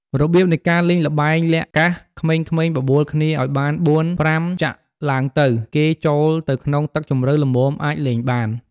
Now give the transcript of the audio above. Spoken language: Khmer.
របៀបនៃការលេងល្បែងលាក់កាសក្មេងៗបបួលគ្នាឲ្យបាន ៤-៥ ចាក់ឡើងទៅ គេ ចូលទៅក្នុងទឹកជម្រៅល្មមអាចលេងបាន។